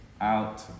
out